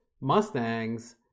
Mustangs